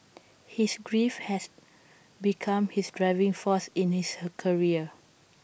his grief has become his driving force in his career